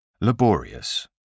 Laborious